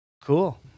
Cool